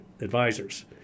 advisors